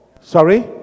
sorry